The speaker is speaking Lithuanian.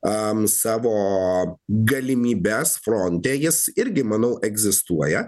savo galimybes fronte jis irgi manau egzistuoja